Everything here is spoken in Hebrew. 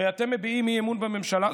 ואתם מביעים אי-אמון בממשלה,